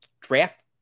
draft